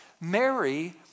Mary